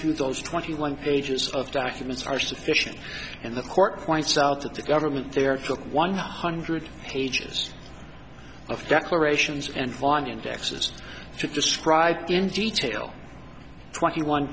to those twenty one pages of documents are sufficient and the court points out that the government there took one hundred pages of declarations and one indexes should describe in detail twenty one